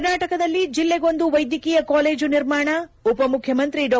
ಕರ್ನಾಟಕದಲ್ಲಿ ಜಿಲ್ಲೆಗೊಂದು ವೈದ್ಯಕೀಯ ಕಾಲೇಜು ನಿರ್ಮಾಣ ಉಪಮುಖ್ಯಮಂತ್ರಿ ಡಾ